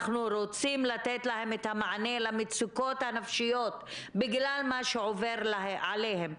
אנחנו רוצים לתת להם את המענה למצוקות הנפשיות בגלל מה שעובר עליהם.